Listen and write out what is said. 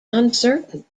uncertain